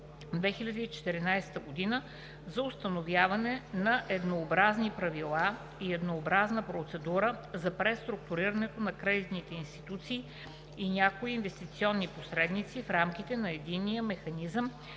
2014 г. за установяване на еднообразни правила и еднообразна процедура за преструктурирането на кредитни институции и някои инвестиционни посредници в рамките на Единния механизъм